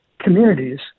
communities